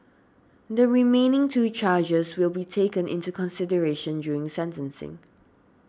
the remaining two charges will be taken into consideration during sentencing